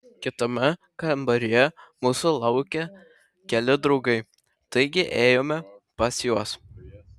kitame kambaryje mūsų laukė keli draugai taigi ėjome pas juos